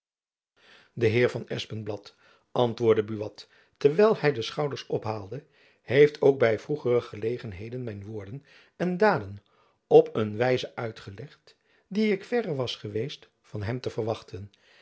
de heer van espenblad antwoordde buat terwijl hy de schouders ophaalde heeft ook by vroegere gelegenheden mijn woorden en daden op een wijze uitgelegd die ik verre was geweest van hem te verwachten